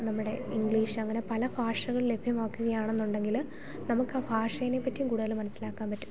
നമ്മുടെ ഇംഗ്ലീഷങ്ങനെ പല ഭാഷകൾ ലഭ്യമാക്കുക ആണെന്ന് ഉണ്ടെങ്കിൽ നമുക്ക് ആ ഭാഷേനെപ്പറ്റീം കൂടുതൽ മനസ്സിലാക്കാൻ പറ്റും